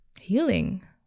healing